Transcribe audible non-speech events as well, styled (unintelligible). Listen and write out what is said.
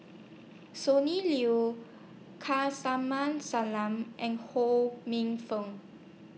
Sonny Liew (unintelligible) Salam and Ho Minfong